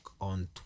on